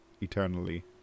eternally